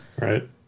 Right